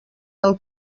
del